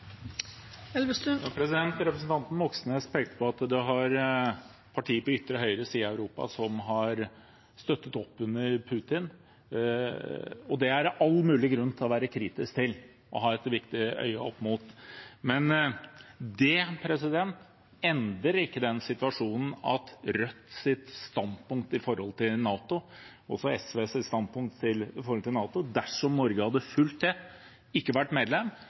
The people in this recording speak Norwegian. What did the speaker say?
på ytre høyreside i Europa som har støttet opp under Putin, og det er det all mulig grunn til å være kritisk til og holde et øye med. Men det endrer ikke den situasjonen at Rødts standpunkt til NATO, også SVs standpunkt til NATO – å ikke være medlem – ville ha undergravd Norges sikkerhet dersom vi hadde fulgt